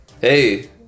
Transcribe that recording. Hey